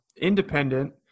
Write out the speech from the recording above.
independent